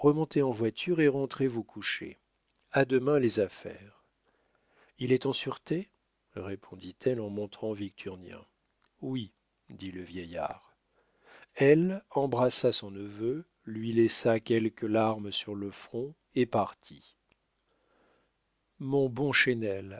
remontez en voiture et rentrez vous coucher a demain les affaires il est en sûreté répondit-elle en montrant victurnien oui dit le vieillard elle embrassa son neveu lui laissa quelques larmes sur le front et partit mon bon